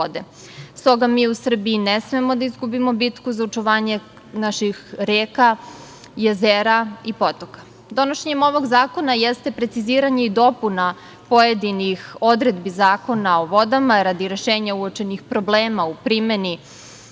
Stoga mi u Srbiji ne smemo da izgubimo bitku za očuvanje naših reka, jezera i potoka. Donošenje ovog zakona jeste preciziranje i dopuna pojedinih odredaba Zakona o vodama, radi rešenja uočenih problema u primeni